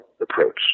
approach